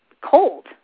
cold